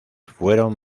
fueron